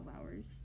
hours